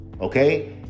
okay